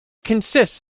consists